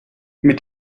mit